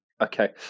okay